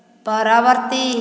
ପରବର୍ତ୍ତୀ